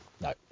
no